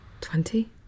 Twenty